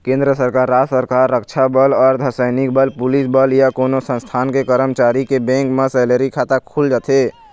केंद्र सरकार, राज सरकार, रक्छा बल, अर्धसैनिक बल, पुलिस बल या कोनो संस्थान के करमचारी के बेंक म सेलरी खाता खुल जाथे